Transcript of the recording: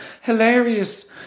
hilarious